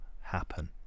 happen